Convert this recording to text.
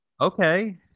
Okay